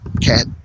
Cat